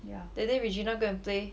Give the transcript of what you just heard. that day regina go and play